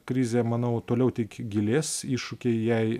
krizė manau toliau tik gilės iššūkiai jai